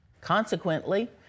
Consequently